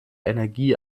energie